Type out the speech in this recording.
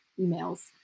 emails